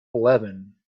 eleven